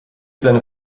seine